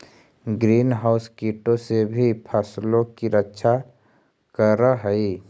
green house कीटों से भी फसलों की रक्षा करअ हई